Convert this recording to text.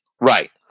Right